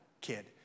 kid